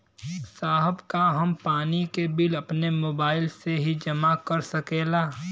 साहब का हम पानी के बिल अपने मोबाइल से ही जमा कर सकेला?